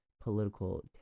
political